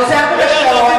אני עוצרת את השעון,